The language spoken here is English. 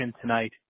tonight